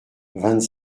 vingt